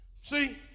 See